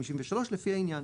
לפי העניין.